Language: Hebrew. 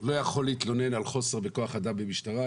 לא יכול להתלונן על חוסר בכוח אדם במשטרה,